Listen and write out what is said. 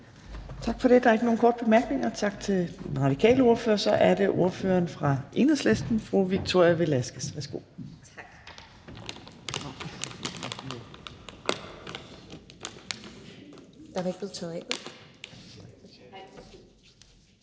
Tak for det. Der er ikke nogen korte bemærkninger. Så tak til den radikale ordfører. Den næste ordfører er fra Enhedslisten, og det er hr. Rune Lund. Værsgo. Kl.